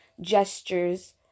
gestures